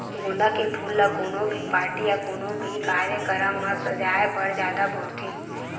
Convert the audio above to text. गोंदा के फूल ल कोनो भी पारटी या कोनो भी कार्यकरम म सजाय बर जादा बउरथे